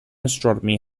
astronomy